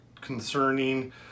concerning